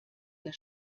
der